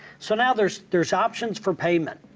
so now there's there's options for payment.